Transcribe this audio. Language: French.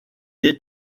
est